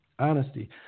honesty